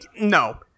no